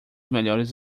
melhores